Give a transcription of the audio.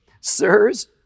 sirs